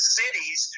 cities